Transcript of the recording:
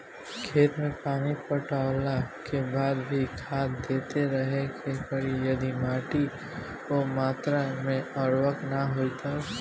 खेत मे पानी पटैला के बाद भी खाद देते रहे के पड़ी यदि माटी ओ मात्रा मे उर्वरक ना होई तब?